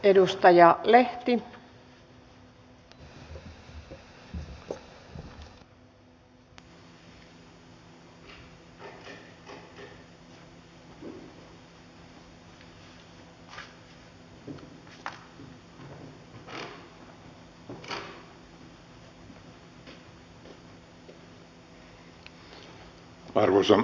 arvoisa rouva puhemies